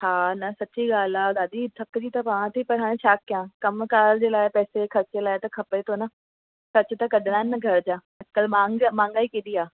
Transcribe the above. हा न सची ॻाल्हि आहे ॾाढी थकिजी त पवां थी पर हाणे छा कयां कमु कारु जे लाइ पैसे ख़र्चे लाइ त खपे थो न ख़र्चु त कढिणा आहिनि न घर जा कल्ह मांग महांगाई केॾी आहे